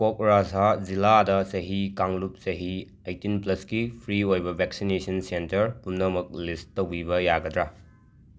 ꯀꯣꯀ꯭ꯔꯥꯓꯥ ꯖꯤꯂꯥꯗ ꯆꯍꯤ ꯀꯥꯡꯂꯨꯞ ꯆꯍꯤ ꯑꯩꯇꯤꯟ ꯄ꯭ꯂꯁꯀꯤ ꯐ꯭ꯔꯤ ꯑꯣꯏꯕ ꯕꯦꯛꯁꯤꯅꯦꯁꯟ ꯁꯦꯟꯇꯔ ꯄꯨꯝꯅꯃꯛ ꯂꯤꯁ ꯇꯧꯕꯤꯕ ꯌꯥꯒꯗ꯭ꯔ